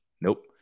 Nope